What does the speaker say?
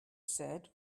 said